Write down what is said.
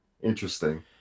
interesting